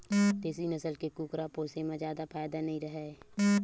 देसी नसल के कुकरा पोसे म जादा फायदा नइ राहय